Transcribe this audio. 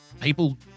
people